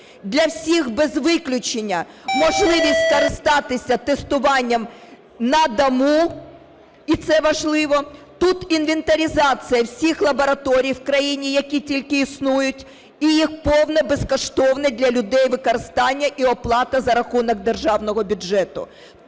для всіх без виключення можливість скористатися тестуванням на дому, і це важливо, тут інвентаризація віх лабораторій в країні, які тільки існують, і їх повне безкоштовне для людей використання і оплата за рахунок державного бюджету.